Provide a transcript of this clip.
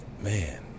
man